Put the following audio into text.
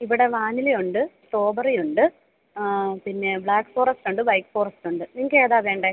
ഇവിടെ വാനില ഉണ്ട് സ്ട്രോബെറി ഉണ്ട് പിന്നെ ബ്ലാക്ക്ഫോറസ്റ്റ് ഉണ്ട് വൈറ്റ്ഫോറസ്റ്റ് ഉണ്ട് നിങ്ങൾക്ക് ഏതാണ് വേണ്ടത്